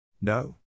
No